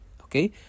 Okay